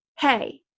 hey